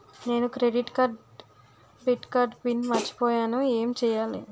నేను credit card debit card pin మర్చిపోయేను ఎం చెయ్యాలి?